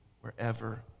wherever